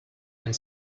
and